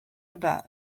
above